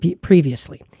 previously